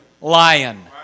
lion